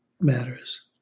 matters